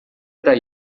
eta